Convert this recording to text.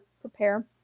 prepare